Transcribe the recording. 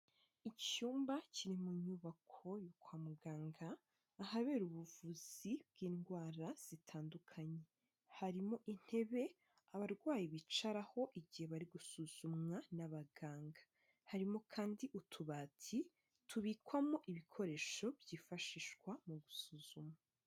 Icyumba kiri mu nyubako yo kwa muganga, ahabera ubuvuzi bw'indwara zitandukanye, harimo intebe abarwayi bicaraho igihe bari gusuzumwa n'abaganga, harimo kandi utubati tubikwamo ibikoresho byifashishwa mu gusuzuma.